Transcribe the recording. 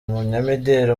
umunyamideli